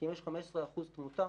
כי יש 15% תמותה.